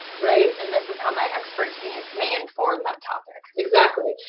right? and this is how my expertise may inform that topic. exactly,